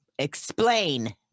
Explain